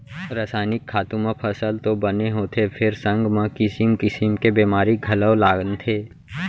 रसायनिक खातू म फसल तो बने होथे फेर संग म किसिम किसिम के बेमारी घलौ लानथे